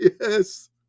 Yes